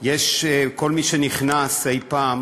כל מי שנכנס אי-פעם